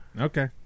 Okay